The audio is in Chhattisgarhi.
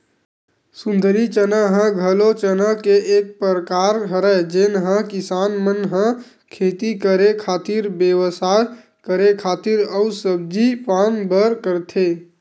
सुंदरी चना ह घलो चना के एक परकार हरय जेन ल किसान मन ह खेती करे खातिर, बेवसाय करे खातिर अउ सब्जी पान बर करथे